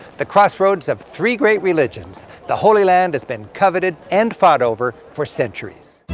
the crossroads of three great religions, the holy land has been coveted and fought over for centuries.